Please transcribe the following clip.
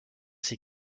ces